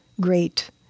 great